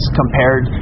compared